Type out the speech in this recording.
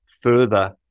further